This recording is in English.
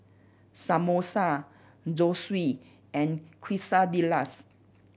Samosa Zosui and Quesadillas